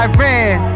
Iran